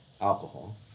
alcohol